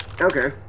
Okay